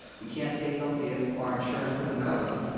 we can't take them if our insurance doesn't cover them.